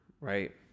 right